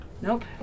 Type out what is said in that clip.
Nope